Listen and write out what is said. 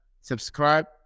subscribe